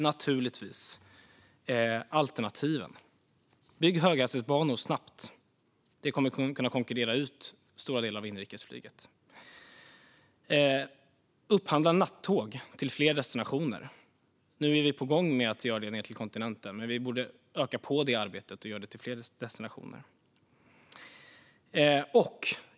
Naturligtvis vill vi också ha alternativen. Bygg höghastighetsbanor, snabbt! Det kommer att kunna konkurrera ut stora delar av inrikesflyget. Upphandla nattåg till fler destinationer! Nu är vi på gång med att göra det ned till kontinenten, men vi borde öka på arbetet och få nattåg till fler destinationer.